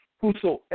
Whosoever